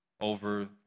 over